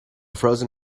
frozen